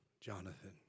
Jonathan